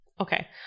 Okay